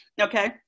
Okay